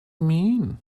mean